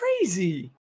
crazy